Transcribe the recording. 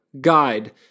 guide